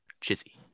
chizzy